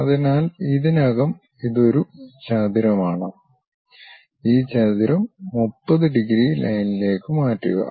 അതിനാൽ ഇതിനകം ഇത് ഒരു ചതുരമാണ് ഈ ചതുരം 30 ഡിഗ്രി ലൈനിലേക്ക് മാറ്റുക